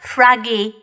Froggy